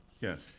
Yes